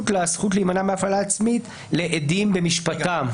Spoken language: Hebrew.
לזכות להימנע מהפללה עצמית לעדים במשפטם.